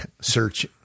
Search